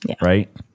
right